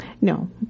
No